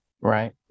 right